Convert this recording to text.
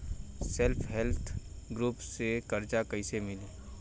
Self help group से कर्जा कईसे मिली?